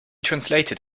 translated